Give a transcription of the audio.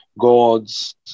gods